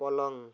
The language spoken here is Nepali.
पलङ